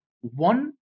one